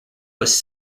was